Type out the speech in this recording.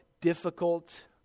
difficult